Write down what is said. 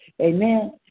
amen